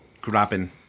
grabbing